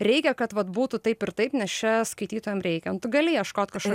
reikia kad vat būtų taip ir taip nes čia skaitytojam reikiant nu tai gali ieškot kažkaip